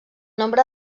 nombre